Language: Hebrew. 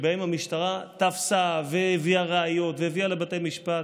של מקרים שבהם המשטרה תפסה והביאה ראיות והביאה לבתי משפט,